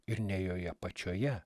ir ne joje pačioje